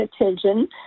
attention